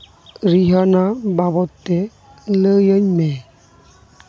ᱨᱤᱦᱟᱱᱟ ᱵᱟᱵᱚᱫ ᱛᱮ ᱞᱟᱹᱭᱟᱹᱧ ᱢᱮ